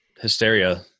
hysteria